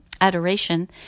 adoration